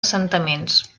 assentaments